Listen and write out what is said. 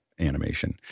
animation